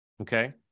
Okay